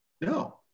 No